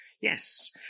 Yes